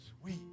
sweet